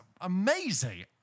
amazing